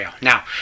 Now